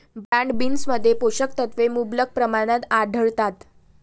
broad बीन्समध्ये पोषक तत्वे मुबलक प्रमाणात आढळतात